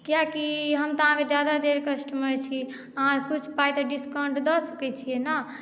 कियाकि हम तऽ अहाँके ज्यादा देर कस्टमर छी तऽ अहाँ किछु पाइके डिस्काउन्ट दऽ सकैत छियै ने